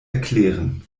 erklären